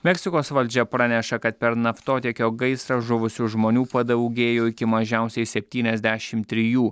meksikos valdžia praneša kad per naftotiekio gaisrą žuvusių žmonių padaugėjo iki mažiausiai septyniasdešim trijų